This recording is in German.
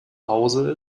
hause